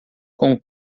com